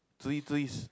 three trees